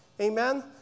Amen